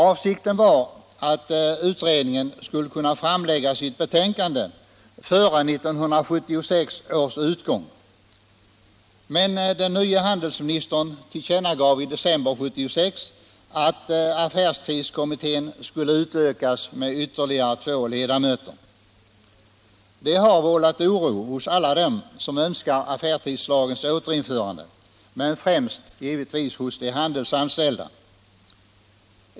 Avsikten var att utredningen skulle kunna framlägga sitt betänkande före 1976 års utgång, men den nya handelsministern tillkännagav i december 1976 att affärstidskommittén skulle utökas med ytterligare två ledamöter. Det har vållat oro hos alla dem som önskar affärstidslagens återinförande, men givetvis främst hos de handelsanställda.